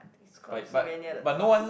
is close so very near the Tuas